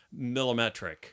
millimetric